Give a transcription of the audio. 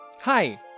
Hi